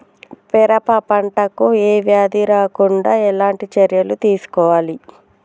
పెరప పంట కు ఏ వ్యాధి రాకుండా ఎలాంటి చర్యలు తీసుకోవాలి?